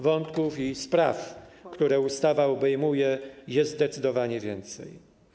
Wątków i spraw, które ustawa obejmuje, jest zdecydowanie więcej.